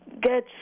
get